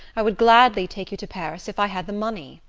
i would gladly take you to paris if i had the money.